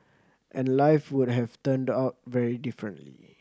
and life would have turned out very differently